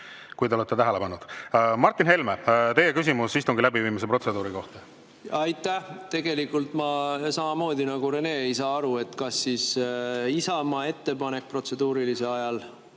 kui te olete tähele pannud. Martin Helme, teie küsimus istungi läbiviimise protseduuri kohta! Aitäh! Tegelikult ma samamoodi nagu Rene ei saa aru, kas Isamaa ettepanek protseduurilise ajal